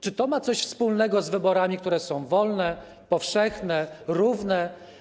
Czy ma to coś wspólnego z wyborami, które są wolne, powszechne, równe?